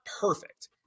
perfect